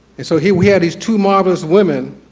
and so here we had these two marvelous women,